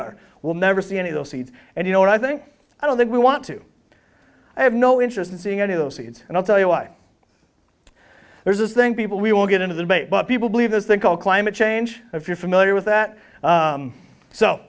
are will never see any of those seeds and you know what i think i don't think we want to i have no interest in seeing any of those seeds and i'll tell you why there's this thing people we will get into the debate but people believe this thing called climate change if you're familiar with that